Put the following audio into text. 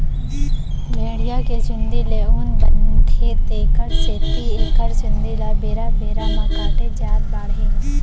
भेड़िया के चूंदी ले ऊन बनथे तेखर सेती एखर चूंदी ल बेरा बेरा म काटे जाथ बाड़हे म